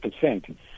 percent